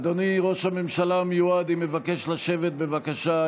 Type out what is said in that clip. אדוני ראש הממשלה המיועד, אני מבקש לשבת, בבקשה.